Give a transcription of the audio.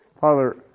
Father